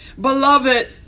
Beloved